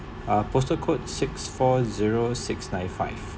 uh postal code six four zero six nine five